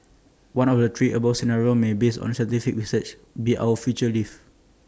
one of the three above scenarios may based on scientific research be our future lives